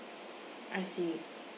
I see